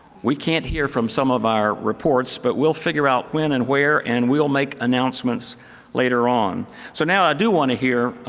we can't hear from some of our reports, but we'll figure out when and where and we'll make announcements later on. so now i do want to hear